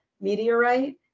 meteorite